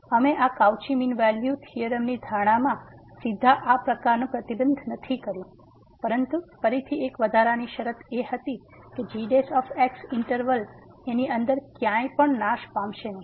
અમે આ Cauchy mean value થીયોરમની ધારણામાં સીધા આ પ્રકારનું પ્રતિબંધ નથી કર્યું પરંતુ ફરીથી એક વધારાની શરત હતી કે g ઈંટરવલ ની અંદર ક્યાંય પણ નાશ પામશે નહીં